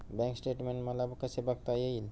Bank statement मला कसे बघता येईल?